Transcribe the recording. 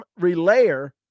relayer